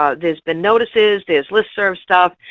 ah there's been notices, there's listserv stuff.